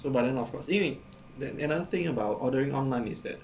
so but then of course 因为 that another thing about ordering online is that